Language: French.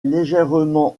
légèrement